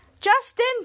Justin